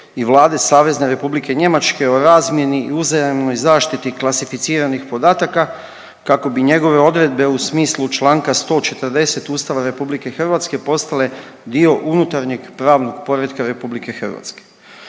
i Vlade Savezne Republike Njemačke o razmjeni i uzajamnoj zaštiti klasificiranih podataka kako bi njegove odredbe u smislu Članka 140. Ustava RH postale dio unutarnjeg pravnog poretka RH.